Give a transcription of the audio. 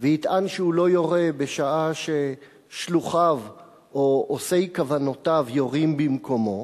ויטען שהוא לא יורה בשעה ששלוחיו או עושי כוונותיו יורים במקומו,